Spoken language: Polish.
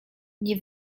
nie